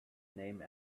name